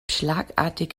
schlagartig